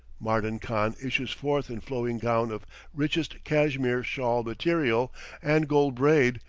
mardan khan issues forth in flowing gown of richest cashmere-shawl material and gold braid,